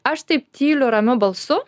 aš taip tyliu ramiu balsu